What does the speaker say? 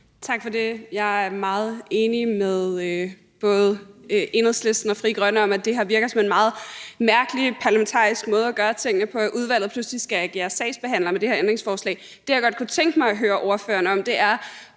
Tak for det. Jeg er meget enig med både Enhedslisten og Frie Grønne i, at det her virker som en meget mærkelig parlamentarisk måde at gøre tingene på, altså at udvalget pludselig skal agere sagsbehandler med det her forslag. Det, jeg godt kunne tænke mig at høre ordføreren om, er,